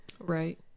right